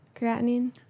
creatinine